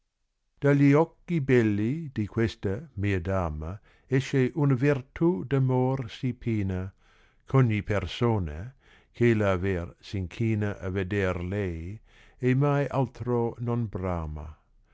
agli occhi belli di questa mia dama esce una vertù d amor sì pina ch ogni persona che la ve s inchina a veder lei e mai altro non brama